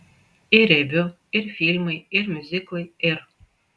ir reviu ir filmai ir miuziklai ir